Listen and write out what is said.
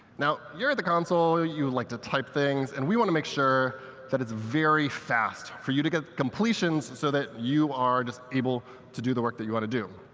now, you're at the console, you like to type things, and we want to make sure that it's very fast for you to get the completions so that you are just able to do the work that you want to do.